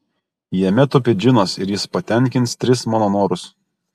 jame tupi džinas ir jis patenkins tris mano norus